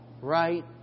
right